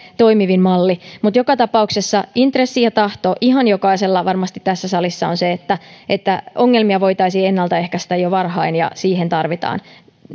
toimivin malli mutta joka tapauksessa intressi ja tahto ihan jokaisella varmasti tässä salissa on se että että ongelmia voitaisiin ennaltaehkäistä jo varhain ja siihen tarvitaan